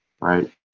Right